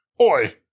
Oi